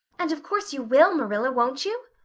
and of course you will, marilla, won't you?